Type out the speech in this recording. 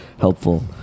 helpful